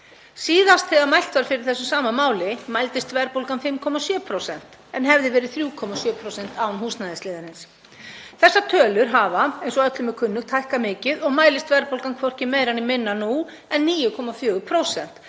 Síðast þegar mælt var fyrir þessu sama máli mældist verðbólgan 5,7% en hefði verið 3,7% án húsnæðisliðarins. Þessar tölur hafa, eins og öllum er kunnugt, hækkað mikið og mælist verðbólgan nú hvorki meira né minna en 9,4%